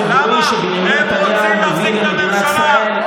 מה המשמעות של השיח הציבורי שבנימין נתניהו מביא למדינת ישראל,